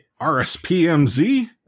rspmz